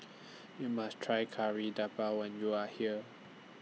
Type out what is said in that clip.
YOU must Try Kari Debal when YOU Are here